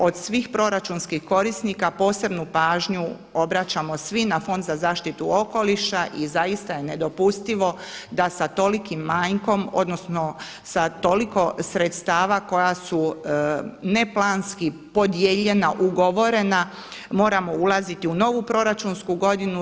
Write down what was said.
Od svih proračunskih korisnika posebnu pažnju obraćamo svi na Fond za zaštitu okoliša i zaista je nedopustivo da sa tolikim manjkom odnosno sa toliko sredstava koja su neplanski podijeljena ugovorena moramo ulaziti u novu proračunsku godinu.